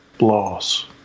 loss